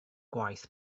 gwaith